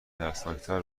ترسناکتر